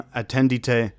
attendite